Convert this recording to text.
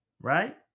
right